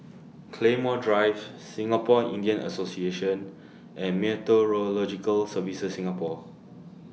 Claymore Drive Singapore Indian Association and Meteorological Services Singapore